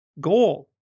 goal